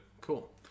Cool